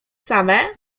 same